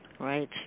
Right